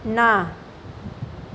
ના